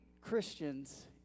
Christians